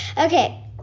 okay